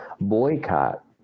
boycott